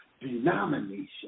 denomination